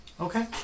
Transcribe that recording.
Okay